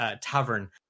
tavern